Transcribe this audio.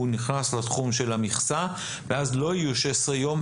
הוא נכנס לתחום של המכסה ואז לא יהיו 16 יום,